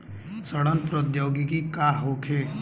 सड़न प्रधौगकी का होखे?